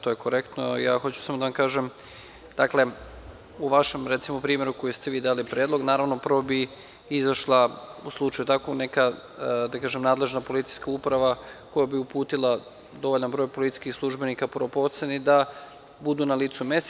To je korektno, ali hoću samo da vam kažem, dakle, u vašem primeru koji ste vi dali predlog, naravno, prvo bi izašla u takvom slučaju, neka nadležna policijska uprava, koja bi uputila dovoljan broj policijskih službenika po proceni da budu na licu mesta.